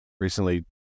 recently